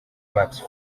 max